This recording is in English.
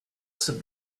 some